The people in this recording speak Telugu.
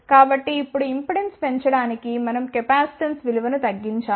కాబట్టి ఇప్పుడు ఇంపెడెన్స్ పెంచడానికి మనం కెపాసిటెన్స్ విలువను తగ్గించాలి